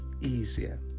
easier